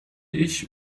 ich